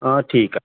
हा ठीक आहे